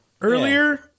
earlier